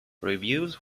reviews